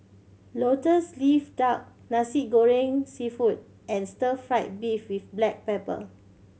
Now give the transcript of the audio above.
Lotus Leaf Duck Nasi Goreng Seafood and stir fried beef with black pepper